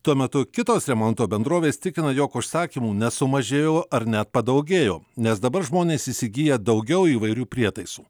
tuo metu kitos remonto bendrovės tikina jog užsakymų nesumažėjo ar net padaugėjo nes dabar žmonės įsigyja daugiau įvairių prietaisų